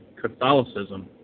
catholicism